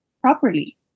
properly